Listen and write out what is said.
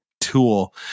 tool